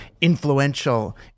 influential